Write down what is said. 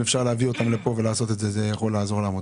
אם אפשר להביא אותן לפה זה יכול לעזור לעמותות.